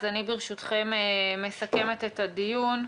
אני, ברשותכם, מסכמת את הדיון.